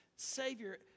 Savior